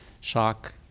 shock